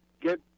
get